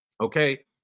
Okay